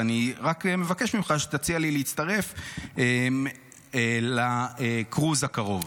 ואני רק מבקש ממך שתציע לי להצטרף לקרוז הקרוב.